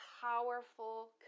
powerful